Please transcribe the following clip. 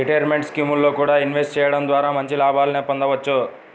retirement స్కీముల్లో కూడా invest చెయ్యడం ద్వారా మంచి లాభాలనే పొందొచ్చు